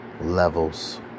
Levels